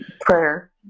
prayer